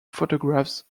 photographs